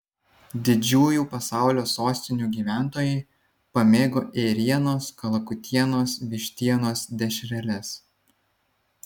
didžiųjų pasaulio sostinių gyventojai pamėgo ėrienos kalakutienos vištienos dešreles